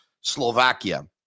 Slovakia